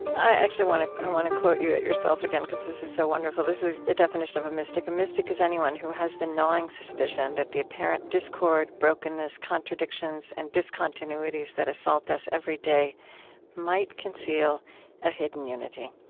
i actually want to want to quote you at yourself again, because this is so wonderful. this is a definition of a mystic. a mystic is anyone who has the gnawing suspicion that the apparent discord, brokenness, contradictions, and discontinuities that assault us every day might conceal a hidden unity.